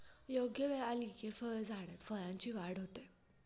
योग्य वेळ आली की फळझाडात फळांची वाढ होते